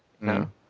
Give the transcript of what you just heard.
No